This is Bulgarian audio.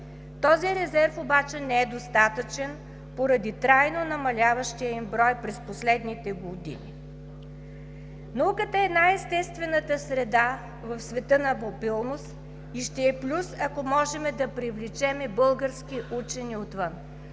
Този резерв обаче не е достатъчен поради трайно намаляващия им брой през последните години. Науката е най-естествената среда в света на мобилност и ще е плюс, ако можем да привлечем български учени отвън.